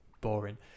boring